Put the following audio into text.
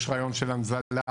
יש רעיון של הנזלה.